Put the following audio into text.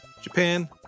Japan